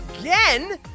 again